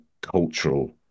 cultural